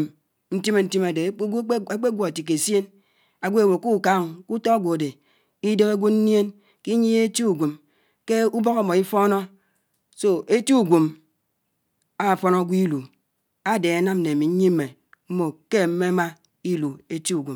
ányè ákè awasi